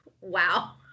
Wow